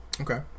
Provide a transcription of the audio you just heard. Okay